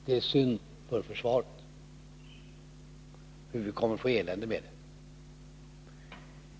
Det är synd på försvaret, för vi kommer att få ett elände med detta.